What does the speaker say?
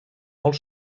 molt